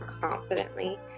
confidently